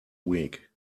week